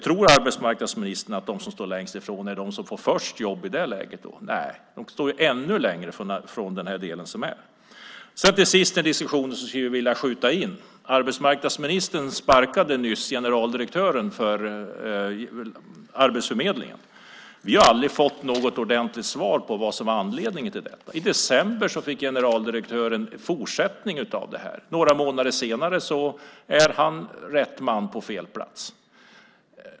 Tror arbetsmarknadsministern att de som står längst ifrån är de som i det läget först får jobb? Nej, de står ännu längre ifrån. Slutligen vill jag skjuta in mig på en annan fråga. Arbetsmarknadsministern sparkade nyligen generaldirektören för Arbetsförmedlingen. Vi har aldrig fått något ordentligt svar på vad som var anledningen till det. I december fick generaldirektören fortsatt förordnande. Några månader senare är han rätt man på fel plats.